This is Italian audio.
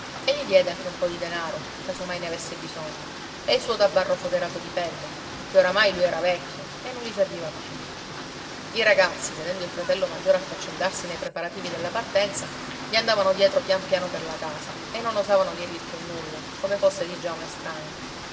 e gli diede anche un po di denaro caso mai ne avesse bisogno e il suo tabarro foderato di pelle ché oramai lui era vecchio e non gli serviva più i ragazzi vedendo il fratello maggiore affaccendarsi nei preparativi della partenza gli andavano dietro pian piano per la casa e non osavano dirgli più nulla come fosse diggià un estraneo